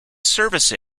service